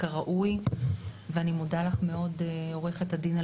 כראוי ואני מודה לך מאוד עורכת הדין,